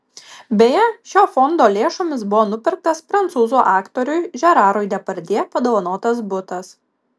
beje šio fondo lėšomis buvo nupirktas prancūzų aktoriui žerarui depardjė padovanotas butas